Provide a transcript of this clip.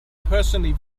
personally